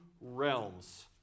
realms